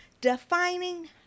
defining